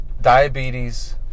diabetes